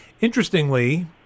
Interestingly